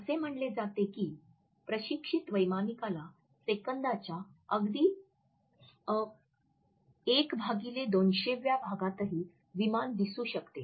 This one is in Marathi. असे म्हटले जाते की प्रशिक्षित वैमानिकाला सेकंदाच्या अगदी 1200 व्या भागातही विमान दिसू शकतो